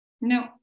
No